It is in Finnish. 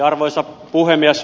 arvoisa puhemies